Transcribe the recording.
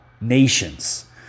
nations